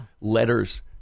letters